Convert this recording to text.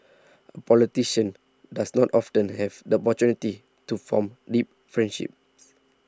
a politician does not often have the opportunity to form deep friendships